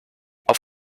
auf